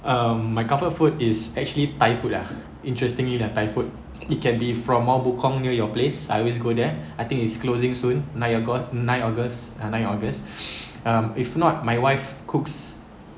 um) my comfort food is actually thai food ah interestingly lah thai food it can be from all mobukong near your place I always go there I think it's closing soon nine au~ nine august nine august um if not my wife cooks